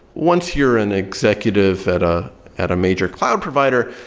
once you're an executive at ah at a major cloud provider,